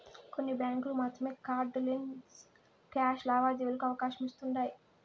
కొన్ని బ్యాంకులు మాత్రమే కార్డ్ లెస్ క్యాష్ లావాదేవీలకి అవకాశమిస్తుండాయ్